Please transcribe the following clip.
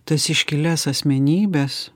tas iškilias asmenybes